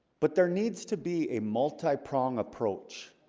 but there needs to be a multi prong approach